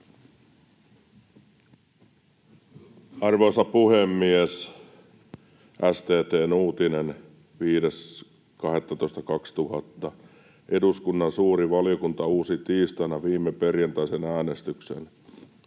Arvoisa puhemies! STT:n uutinen 5.12.2000: ”Eduskunnan suuri valiokunta uusi tiistaina viime perjantaisen äänestyksen,